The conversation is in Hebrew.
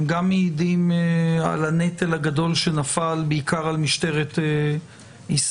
הם גם מעידים על הנטל הגדול שנפל בעיקר על משטרת ישראל,